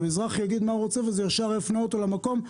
האזרח יגיד מה הוא רוצה וזה ישר יפנה אותו למקום המתאים,